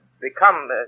become